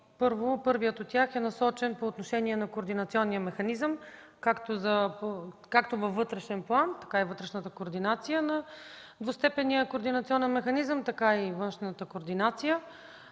първият от тях е насочен по отношение на координационния механизъм както за вътрешната координация на двустепенния координационен механизъм, така и външната координация.